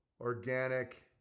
Organic